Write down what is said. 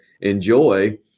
enjoy